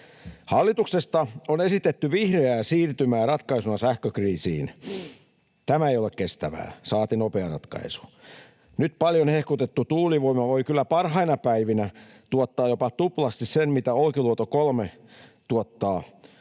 Hallituksesta on esitetty vihreää siirtymää ratkaisuna sähkökriisiin. Tämä ei ole kestävä, saati nopea ratkaisu. Nyt paljon hehkutettu tuulivoima voi kyllä parhaina päivinä tuottaa jopa tuplasti sen, mitä Olkiluoto 3 tuottaa.